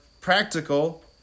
practical